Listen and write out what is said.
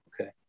Okay